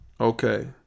Okay